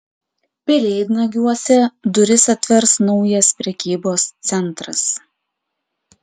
pelėdnagiuose duris atvers naujas prekybos centras